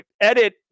edit